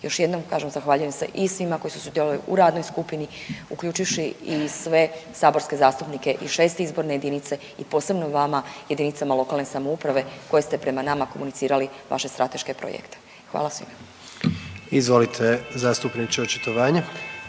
Još jednom zahvaljujem i svima koji su sudjelovali u radnoj skupini uključivši i sve saborske zastupnike iz šeste izborne jedinice i posebno vama jedinicama lokalne samouprave koje ste prema nama komunicirali vaše strateške projekte. Hvala svima. **Jandroković,